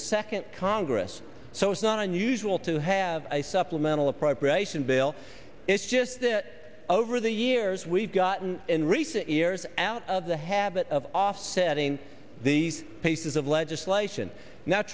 second congress so it's not unusual to have a supplemental appropriation bill it's just it over the years we've gotten in recent years and out of the habit of offsetting these pieces of legislation no